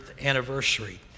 anniversary